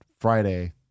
Friday